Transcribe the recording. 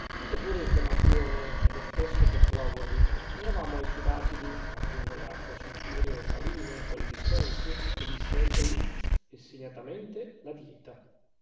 dite pure infiammazione è lo stesso che flògosi eravamo ai subacidi aggiungo le acque sulfureo saline quelle di seltz e di sedlitz e segnatamente la dieta